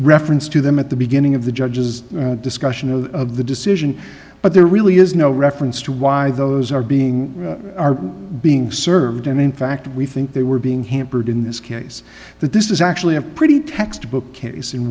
reference to them at the beginning of the judge's discussion of the decision but there really is no reference to why those are being are being served and in fact we think they were being hampered in this case that this is actually a pretty textbook case in